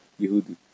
Yehudi